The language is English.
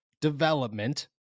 development